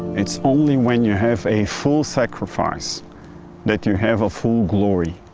it's only when you have a full sacrifice that you have a full glory.